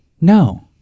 no